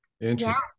Interesting